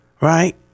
right